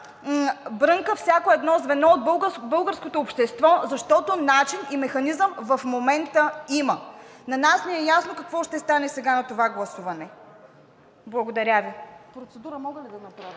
българското общество, защото начин и механизъм в момента има. На нас ни е ясно какво ще стане сега на това гласуване. Благодаря Ви. Процедура мога ли да направя